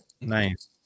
nice